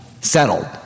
Settled